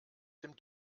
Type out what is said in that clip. dem